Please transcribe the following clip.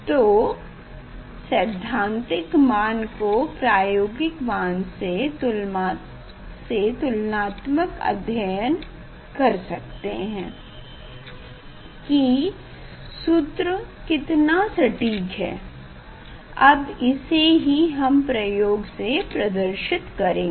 तो सैद्धांतिक मान को प्रायोगिक मान से तुलनात्मक अध्ययन कर सकते है की ये सूत्र कितना सटीक है अब इसे ही हम प्रयोग से प्रदर्शित करेंगे